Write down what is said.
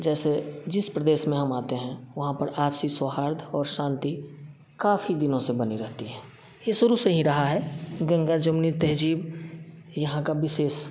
जैसे जिस प्रदेश में हम आते हैं वहाँ पर आपसी स्वहर्त और शांति काफ़ी दिनों से बनी रहती है यह यहाँ शुरू से ही रहा हैं गंगा जमुना तहज़ीब यहाँ का विशेष